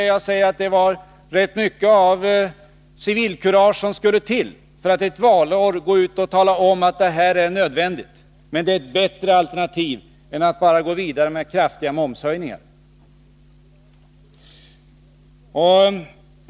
Jag vill också framhålla att rätt mycket av civilkurage måste till för att man ett valår skall kunna gå ut och tala om att det och det är nödvändigt. Men det är ett bättre alternativ än att bara gå vidare med kraftiga momshöjningar.